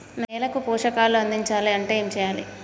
నేలకు పోషకాలు అందించాలి అంటే ఏం చెయ్యాలి?